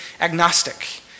agnostic